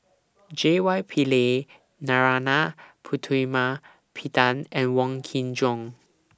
J Y Pillay Narana Putumaippittan and Wong Kin Jong